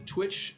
Twitch